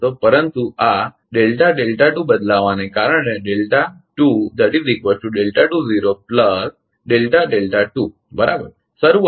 પરંતુ આ બદલાવને કારણે બરાબર શરૂઆતમાં